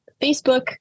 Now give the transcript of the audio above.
Facebook